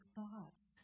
thoughts